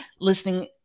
listening